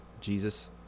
Jesus